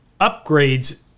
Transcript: upgrades